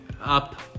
Up